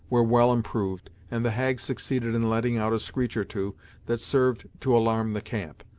were well improved, and the hag succeeded in letting out a screech or two that served to alarm the camp.